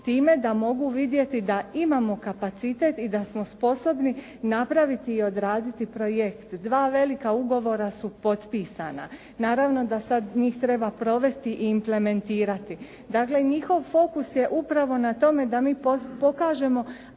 time da mogu vidjeti da imamo kapacitet i da smo sposobni napraviti i odraditi projekt. Dva velika ugovora su potpisana. Naravno da sad njih treba provesti i implementirati. Dakle, njihov fokus je upravo na tome da mi pokažemo